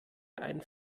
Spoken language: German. ein